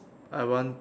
I want